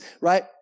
right